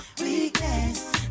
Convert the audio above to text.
weakness